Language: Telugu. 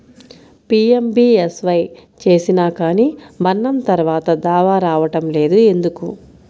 పీ.ఎం.బీ.ఎస్.వై చేసినా కానీ మరణం తర్వాత దావా రావటం లేదు ఎందుకు?